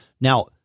Now